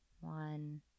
one